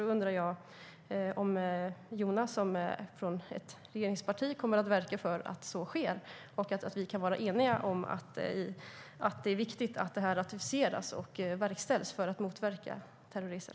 Då undrar jag om Jonas, som hör till ett regeringsparti, kommer att verka för att så sker och om vi kan vara eniga om att det är viktigt att detta ratificeras och verkställs för att motverka terrorresor.